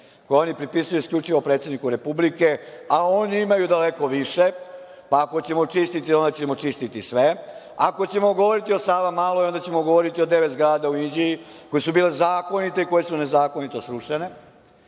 koje oni pripisuju isključivo predsedniku Republike, a oni imaju daleko više, pa ako ćemo čistiti, onda ćemo čistiti sve, ako ćemo govoriti o Savamaloj, onda ćemo govoriti o devet zgrada u Inđiji, koje su bile zakonite i koje su nezakonito srušene.